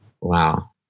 Wow